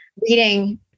reading